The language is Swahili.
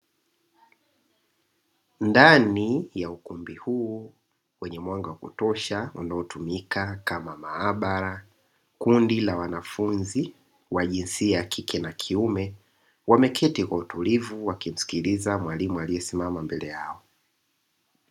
Ndani ya ukumbi huu wenye mwanga wa kutosha unaotumika kama maabara, kundi la wanafunzi wa jinsia ya kike na kiume wameketi kwa utulivu wakimsikiliza mwalimu aliyesimama mbele yao.